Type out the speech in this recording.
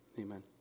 Amen